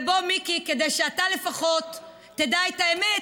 ובוא, מיקי, כדי שאתה לפחות תדע את האמת,